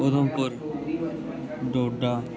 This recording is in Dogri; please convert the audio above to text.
उधमपुर डोडा